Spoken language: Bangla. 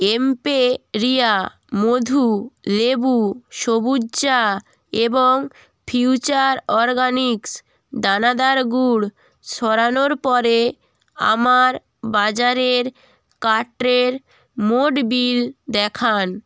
এম্পেরিয়া মধু লেবু সবুজ চা এবং ফিউচার অরগানিক্স দানাদার গুড় সরানোর পরে আমার বাজারের কার্টের মোট বিল দেখান